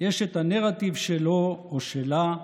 יש את הנרטיב שלו או שלה,